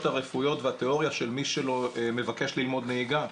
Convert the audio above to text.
הרפואיות והתיאוריה של מי שמבקש ללמוד נהיגה.